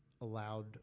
allowed